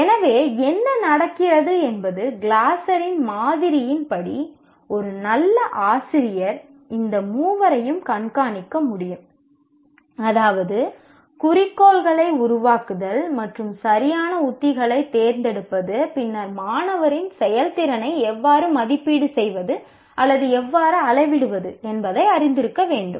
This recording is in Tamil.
எனவே என்ன நடக்கிறது என்பது கிளாசரின் மாதிரியின் படி ஒரு நல்ல ஆசிரியர் இந்த மூன்றையும் கண்காணிக்க முடியும் அதாவது குறிக்கோள்களை உருவாக்குதல் மற்றும் சரியான உத்திகளைத் தேர்ந்தெடுப்பது பின்னர் மாணவரின் செயல்திறனை எவ்வாறு மதிப்பீடு செய்வது அல்லது எவ்வாறு அளவிடுவது என்பதை அறிந்திருக்க வேண்டும்